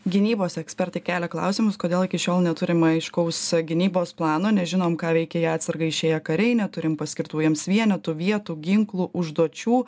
gynybos ekspertai kelia klausimus kodėl iki šiol neturim aiškaus gynybos plano nežinom ką veikia į atsargą išėję kariai neturim paskirtų jiems vienetų vietų ginklų užduočių